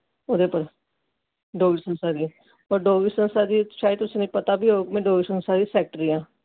ओह्दे पर डोगरी संस्था दे डोगरी संस्था दी शायद तुसें गी पता बी होग में डोगरी संस्था दी सैक्टरी आं